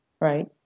right